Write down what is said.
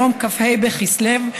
היום כ"ה בכסלו,